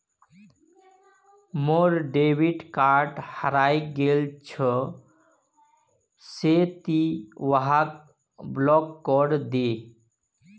मोर debit card हरइ गेल छ वा से ति वहाक ब्लॉक करे दे